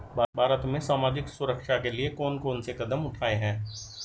भारत में सामाजिक सुरक्षा के लिए कौन कौन से कदम उठाये हैं?